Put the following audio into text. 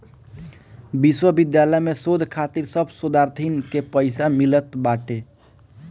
विश्वविद्यालय में शोध खातिर सब शोधार्थीन के पईसा मिलत बाटे